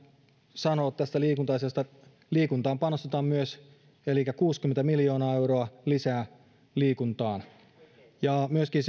sanoa liikunta asiasta liikuntaan panostetaan myös elikkä kuusikymmentä miljoonaa euroa lisää liikuntaan hallitusohjelmassa kirjataan myöskin